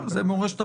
למי הכוונה.